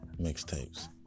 Mixtapes